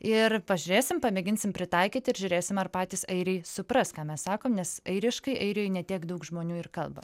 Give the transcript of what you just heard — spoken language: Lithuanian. ir pažiūrėsim pamėginsim pritaikyt ir žiūrėsim ar patys airiai supras ką mes sakom nes airiškai airijoj ne tiek daug žmonių ir kalba